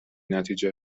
نتیجه